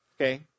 Okay